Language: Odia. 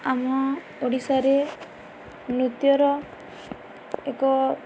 ଆମ ଓଡ଼ିଶାରେ ନୃତ୍ୟର ଏକ